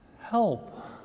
Help